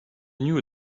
knew